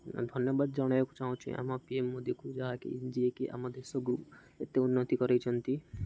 ଧନ୍ୟବାଦ ଜଣେଇବାକୁ ଚାହୁଁଛି ଆମ ପି ଏମ୍ ମୋଦିକୁ ଯାହାକି ଯିଏକି ଆମ ଦେଶକୁ ଏତେ ଉନ୍ନତି କରିଛନ୍ତି